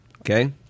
Okay